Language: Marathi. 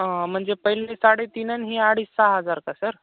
म्हणजे पहिले साडेतीन न ही अडीच सहा हजार का सर